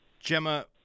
Gemma